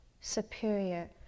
superior